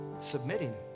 submitting